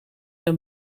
een